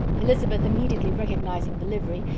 elizabeth immediately recognizing the livery,